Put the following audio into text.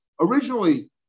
originally